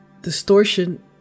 Distortion